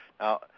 Now